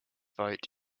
vote